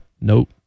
nope